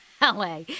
LA